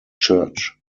church